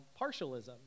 partialism